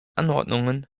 anordnungen